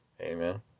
amen